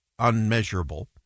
unmeasurable